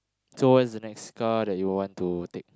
so what's the next car that you would want to take